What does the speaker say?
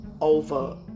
Over